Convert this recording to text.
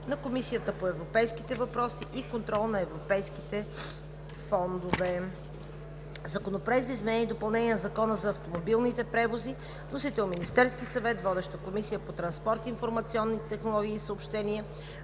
на Комисията по европейските въпроси и контрол на европейските фондове. Законопроект за изменение и допълнение на Закона за автомобилните превози. Вносител е Министерският съвет. Водеща е Комисията по транспорт, информационни технологии и съобщения.